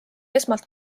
esmalt